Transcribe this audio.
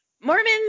Mormons